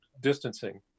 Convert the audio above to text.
distancing